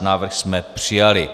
Návrh jsme přijali.